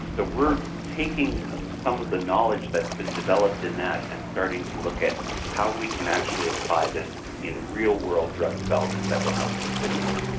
we're taking some of the knowledge that's been developed in that and starting to look at how we can actually apply this in real world drug development that will help individuals.